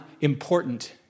important